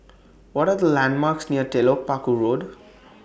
What Are The landmarks near Telok Paku Road